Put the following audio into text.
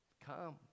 Come